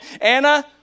Anna